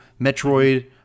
Metroid